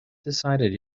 decided